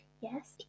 Yes